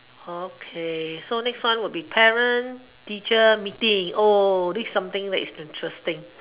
okay so next one will be parent teacher meeting this is something that's interesting